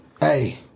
Hey